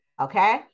Okay